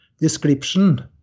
description